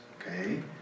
Okay